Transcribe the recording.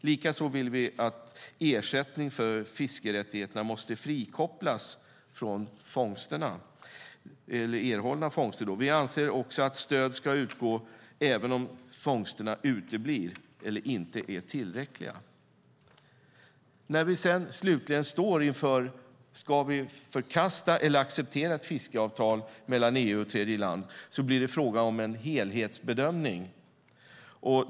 Likaså vill vi att ersättning för fiskerättigheterna måste frikopplas från erhållna fångster. Vi anser också att stöd ska utgå även om fångsterna uteblir eller inte är tillräckliga. När vi sedan slutligen står inför frågan om vi ska förkasta eller acceptera ett fiskeavtal mellan EU och tredjeland blir det fråga om en helhetsbedömning.